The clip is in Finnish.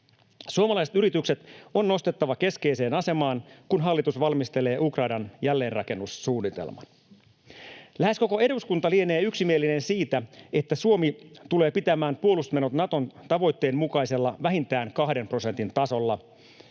Suomalaiset yritykset on nostettava keskeiseen asemaan, kun hallitus valmistelee Ukrainan jälleenrakennussuunnitelman. Lähes koko eduskunta lienee yksimielinen siitä, että Suomi tulee pitämään puolustusmenot Naton tavoitteen mukaisella vähintään kahden prosentin tasolla